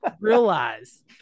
realize